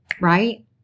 right